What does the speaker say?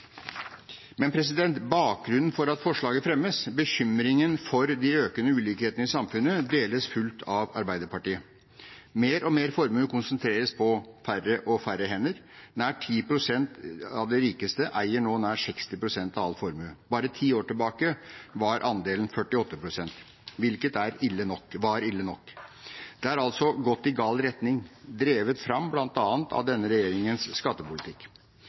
Men bakgrunnen for at forslaget fremmes, bekymringen for de økende ulikhetene i samfunnet, deles fullt ut av Arbeiderpartiet. Mer og mer formue konsentreres på færre og færre hender. De 10 pst. rikeste eier nå nær 60 pst. av all formue. Bare ti år tilbake var andelen 48 pst., hvilket var ille nok. Det har altså gått i gal retning, drevet fram bl.a. av denne regjeringens skattepolitikk.